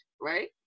right